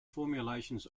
formulations